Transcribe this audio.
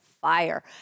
fire